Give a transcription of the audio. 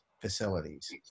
facilities